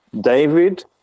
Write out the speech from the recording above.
David